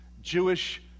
Jewish